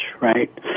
right